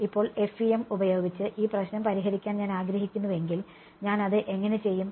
ഇപ്പോൾ FEM ഉപയോഗിച്ച് ഈ പ്രശ്നം പരിഹരിക്കാൻ ഞാൻ ആഗ്രഹിക്കുന്നുവെങ്കിൽ ഞാൻ അത് എങ്ങനെ ചെയ്യും